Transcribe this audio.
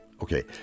Okay